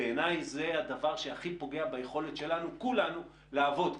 בעיניי זה הדבר שהכי פוגע ביכולת שלנו כולנו לעבוד.